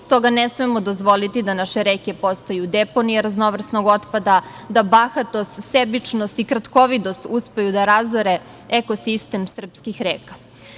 Stoga ne smemo dozvoliti da naše reke postaju deponije raznovrsnog otpada, da bahatost, sebičnost i kratkovidost uspeju da razore ekosistem srpskih reka.